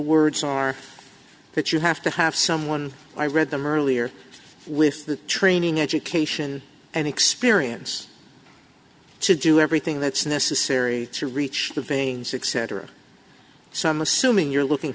words are that you have to have someone i read them earlier with the training education and experience to do everything that's necessary to reach the vein sick cetera some assuming you're looking